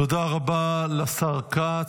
תודה רבה לשר כץ.